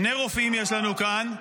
שני רופאים יש לנו כאן: